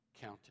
counted